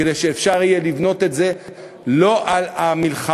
כדי שיהיה אפשר לבנות את זה לא על המלחמה,